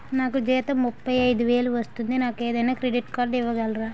నాకు జీతం ముప్పై ఐదు వేలు వస్తుంది నాకు ఏదైనా క్రెడిట్ కార్డ్ ఇవ్వగలరా?